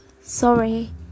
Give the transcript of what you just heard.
sorry